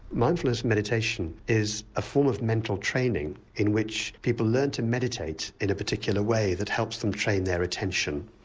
mindfulness meditation is a form of mental training in which people learn to meditate in a particular way that helps them train their attention.